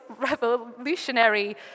revolutionary